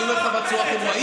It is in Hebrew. אני אומר לך בצורה הכי ברורה.